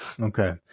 Okay